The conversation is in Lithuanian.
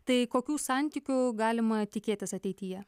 tai kokių santykių galima tikėtis ateityje